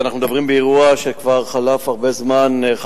אנחנו מדברים על אירוע שכבר חלף הרבה זמן ממנו,